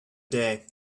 day